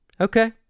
Okay